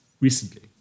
recently